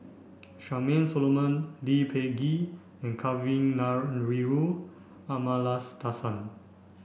Charmaine Solomon Lee Peh Gee and Kavignareru Amallathasan